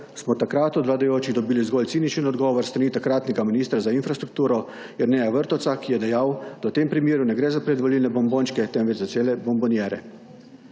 smo takrat od vladajočih dobili zgolj ciničen odgovor s strani takratnega ministra za infrastrukturo Jerneja Vrtovca, ki je dejal, da v tem primeru ne gre za predvolilne bombončke, temveč za cele bombonjere.